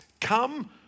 Come